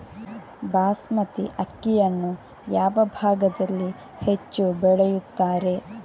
ಬಾಸ್ಮತಿ ಅಕ್ಕಿಯನ್ನು ಯಾವ ಭಾಗದಲ್ಲಿ ಹೆಚ್ಚು ಬೆಳೆಯುತ್ತಾರೆ?